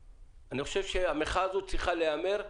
המחאה הזאת צריכה להיאמר,